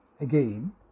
again